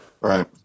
right